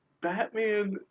Batman